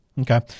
Okay